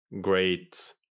great